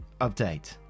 Update